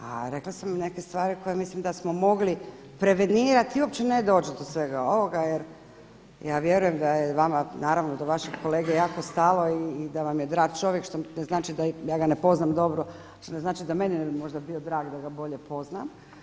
A rekla sam neke stvari koje mislim da smo mogli prevenirati i uopće ne doći do svega ovoga jer ja vjerujem da je vama naravno do vašeg kolege jako stalo i da vam je drag čovjek što ne znači da ja ga ne poznam dobro, što ne znači da meni možda bio drag da ga bolje poznam.